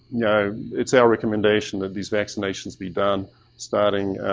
you know it's our recommendation that these vaccinations be done starting